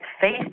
face